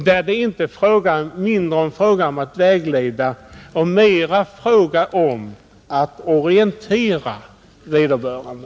Här är det mindre fråga om att vägleda och mera fråga om att orientera vederbörande.